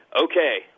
okay